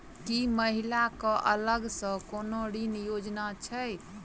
की महिला कऽ अलग सँ कोनो ऋण योजना छैक?